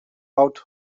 out